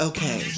Okay